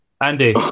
Andy